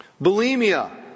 bulimia